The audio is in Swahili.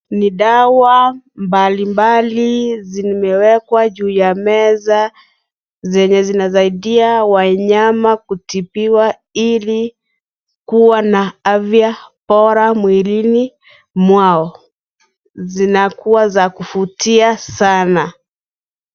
Ni dawa mbalimbali zimewekwa ju ya meza zenye zinasaidia wanyama kutibiwa ili kuwa na afya bora mwilini mwao. Zinakuwa za kuvutia sana.